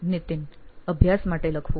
નીતિન અભ્યાસ માટે લખવું